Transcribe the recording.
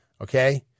Okay